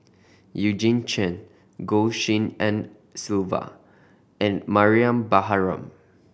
Eugene Chen Goh Tshin En Sylvia and Mariam Baharom